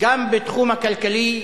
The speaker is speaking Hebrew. גם בתחום הכלכלי,